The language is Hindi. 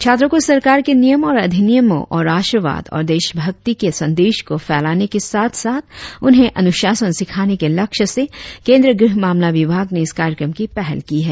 छात्रों को सरकार के नियम और अधिनियमों और राष्ट्रवाद और देशभक्ति के संदेश को फैलाने के साथ साथ उन्हें अनुशासन सिखाने के लक्ष्य से केंद्रीय गृह मामला विभाग ने इस कार्यक्रम की पहल की है